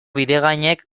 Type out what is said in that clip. bidegainek